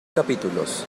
capítulos